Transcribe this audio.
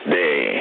day